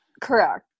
correct